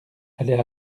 allait